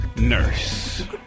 Nurse